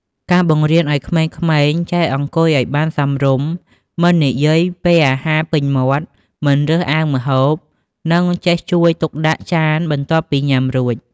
ការបង្រៀនឲ្យក្មេងៗចេះអង្គុយឲ្យបានសមរម្យ មិននិយាយពេលអាហារពេញមាត់ មិនរើសអើងម្ហូប និងចេះជួយទុកដាក់ចានបន្ទាប់ពីញ៉ាំរួច។